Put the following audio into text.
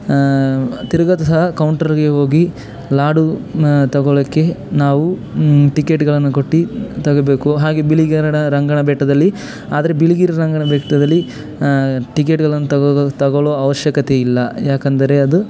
ತಿರ್ಗೋದು ಸಹ ಕೌಂಟ್ರಗೆ ಹೋಗಿ ಲಾಡುನ ತಗೊಳ್ಳೋಕೆ ನಾವು ಟಿಕೆಟ್ಗಳನ್ನು ಕೊಟ್ಟು ತಗೊಳ್ಬೇಕು ಹಾಗೆ ಬಿಳಿಗಿರಿ ರಂಗನ ಬೆಟ್ಟದಲ್ಲಿ ಆದರೆ ಬಿಳಿಗಿರಿ ರಂಗನ ಬೆಟ್ಟದಲ್ಲಿ ಟಿಕೆಟ್ಗಳನ್ನು ತಗೊಳ್ಳೋ ತಗೊಳ್ಳೊ ಅವಶ್ಯಕತೆ ಇಲ್ಲ ಯಾಕೆಂದರೆ ಅದು